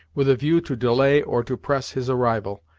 with a view to delay or to press his arrival,